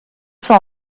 sans